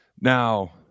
now